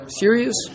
serious